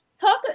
talk